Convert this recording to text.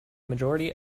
majority